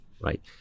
right